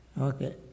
Okay